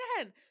again